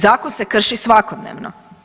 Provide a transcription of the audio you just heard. Zakon se krši svakodnevno.